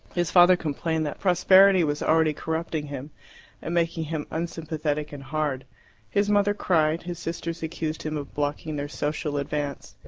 his father complained that prosperity was already corrupting him and making him unsympathetic and hard his mother cried his sisters accused him of blocking their social advance.